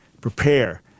prepare